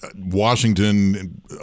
Washington